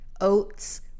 oats